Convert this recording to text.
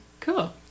Cool